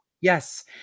Yes